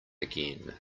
again